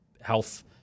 health